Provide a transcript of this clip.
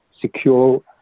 secure